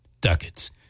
ducats